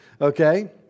Okay